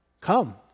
come